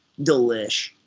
Delish